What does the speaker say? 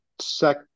sec